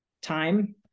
time